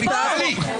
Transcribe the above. אנחנו בהצבעות.